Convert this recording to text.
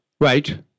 Right